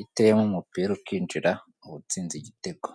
yateyemo umupira ukinjira mu uba utsinze igitego.